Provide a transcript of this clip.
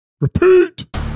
repeat